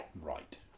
Right